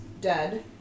dead